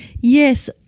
Yes